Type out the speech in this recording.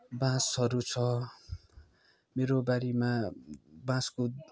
बाँसहरू छ मेरो बारीमा बाँसको